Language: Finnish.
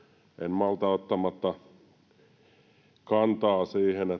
malta olla ottamatta kantaa